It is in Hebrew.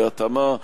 בהתאמה,